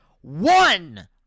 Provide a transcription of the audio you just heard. one